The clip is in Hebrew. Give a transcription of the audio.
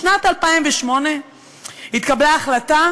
בשנת 2008 התקבלה החלטה: